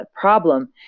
problem